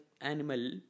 animal